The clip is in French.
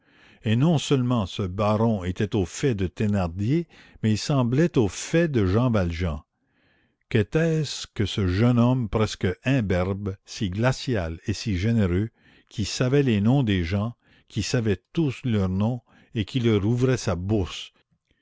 et non seulement ce baron était au fait de thénardier mais il semblait au fait de jean valjean qu'était-ce que ce jeune homme presque imberbe si glacial et si généreux qui savait les noms des gens qui savait tous leurs noms et qui leur ouvrait sa bourse